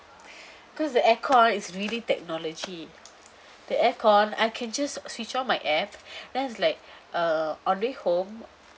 because the aircon is really technology the aircon I can just switch on my app then it's like on the way home